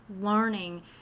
learning